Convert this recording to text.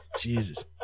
Jesus